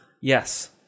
Yes